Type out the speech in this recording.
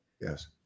Yes